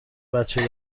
بچه